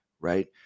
Right